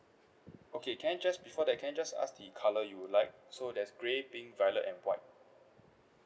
okay can I just before that can I just ask the colour you would like so there's grey pink violet and white